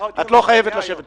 את לא חייבת לשבת פה.